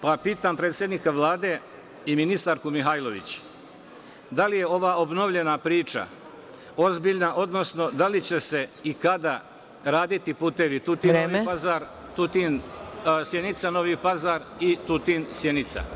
Pitam predsednika Vlade i ministarku Mihajlović – da li je ova obnovljena priča ozbiljna, odnosno da li će se i kada raditi putevi Tutin-Novi Pazar, Sjenica-Novi Pazar i Tutin-Sjenica?